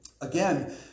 Again